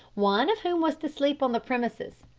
one of whom was to sleep on the premises.